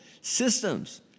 systems